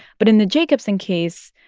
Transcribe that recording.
but in the jacobson case,